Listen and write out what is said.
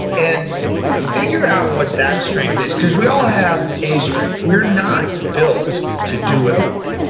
and figure out what that strength is. because we all have a strength. we're not built to do it all.